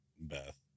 Beth